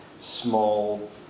Small